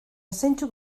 zeintzuk